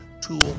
tool